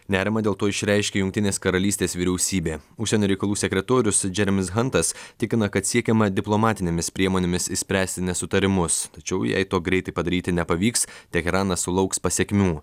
nerimą dėl to išreiškė jungtinės karalystės vyriausybė užsienio reikalų sekretorius džeremis hantas tikina kad siekiama diplomatinėmis priemonėmis išspręsti nesutarimus tačiau jei to greitai padaryti nepavyks teheranas sulauks pasekmių